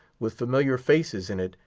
with familiar faces in it,